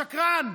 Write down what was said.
שקרן.